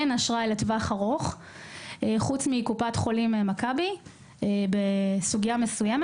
אין אשראי לטווח ארוך חוץ מאשר בקופת החולים מכבי (לעניין מסוים).